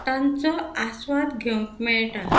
तांचो आस्वाद घेवंक मेळटा